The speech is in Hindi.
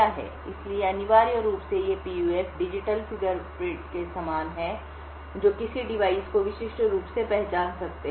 इसलिए अनिवार्य रूप से ये PUF डिजिटल फिंगरप्रिंट के समान हैं जो किसी डिवाइस को विशिष्ट रूप से पहचान सकते हैं